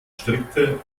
strickte